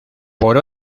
por